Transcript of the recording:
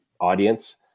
audience